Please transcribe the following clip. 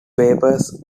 papers